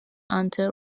ante